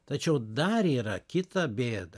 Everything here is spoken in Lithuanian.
tačiau dar yra kita bėda